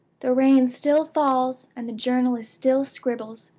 the rain still falls, and the journalist still scribbles.